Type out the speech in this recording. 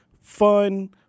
fun